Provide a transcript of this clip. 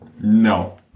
No